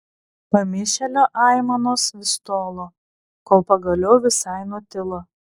pamišėlio aimanos vis tolo kol pagaliau visai nutilo